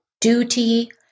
duty